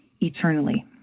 eternally